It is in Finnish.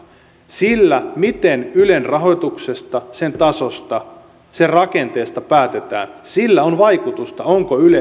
sillä miten ylen rahoituksesta sen tasosta sen rakenteesta päätetään on vaikutusta onko yle riippumaton vai ei